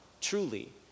truly